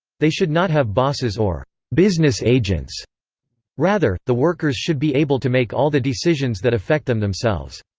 they should not have bosses or business agents rather, the workers should be able to make all the decisions that affect them themselves.